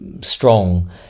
strong